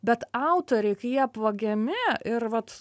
bet autoriai kai jie apvagiami ir vat